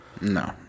No